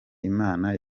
imana